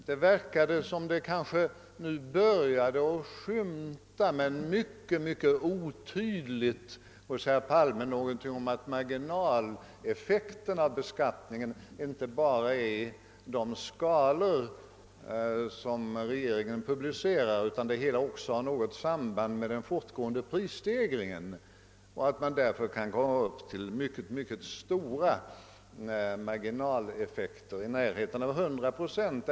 Det verkar som om det nu hos herr Palme börjar skymta — men mycket otydligt — någon insikt om att marginaleffekterna i beskattningen inte bara beror på de skalor som regeringen publicerat, utan att det hela har något samband med den fortgående prisstegringen och att man därför även för låginkomsttagare kan komma upp till mycket stora marginaleffekter i närheten av 100 procent.